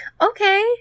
Okay